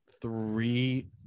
three